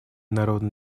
народно